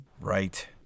Right